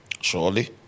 Surely